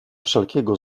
wszelkiego